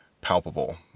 palpable